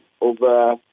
over